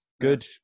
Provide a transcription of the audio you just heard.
good